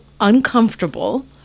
uncomfortable